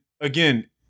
again